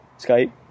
Skype